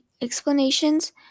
explanations